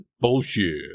Bullshit